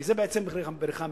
כי זו בעצם בריחה מאחריות.